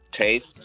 taste